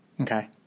Okay